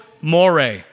more